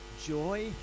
joy